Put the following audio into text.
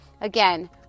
again